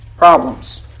problems